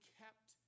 kept